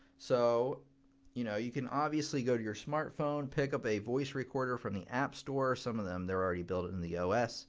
so you know you can obviously go to your smart phone, pick up a voice recorder from the app store. some of them, they're already built in in the os.